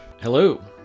Hello